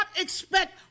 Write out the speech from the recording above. expect